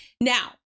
Now